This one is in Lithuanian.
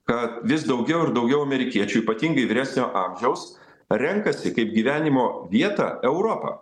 kad vis daugiau ir daugiau amerikiečių ypatingai vyresnio amžiaus renkasi kaip gyvenimo vietą europą